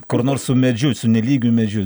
kur nors su medžiu su nelygiu medžiu